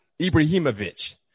Ibrahimovic